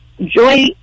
joy